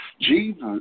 Jesus